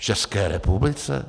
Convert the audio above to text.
V České republice?